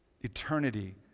eternity